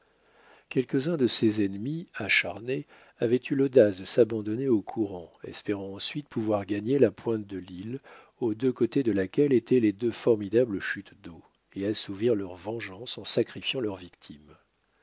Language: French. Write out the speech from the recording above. quelques-uns de ces ennemis acharnés avaient eu l'audace de s'abandonner au courant espérant ensuite pouvoir gagner la pointe de l'île aux deux côtés de laquelle étaient les deux formidables chutes d'eau et assouvir leur vengeance en sacrifiant leurs victimes